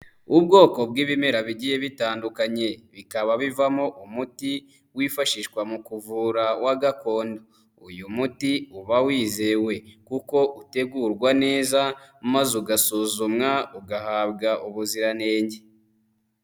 Ubwoko bw'ibimera bigiye bitandukanye bikaba bivamo umuti wifashishwa mu kuvura wa gakondo, uyu muti uba wizewe kuko utegurwa neza maze ugasuzumwa ugahabwa ubuziranenge.